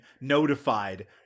notified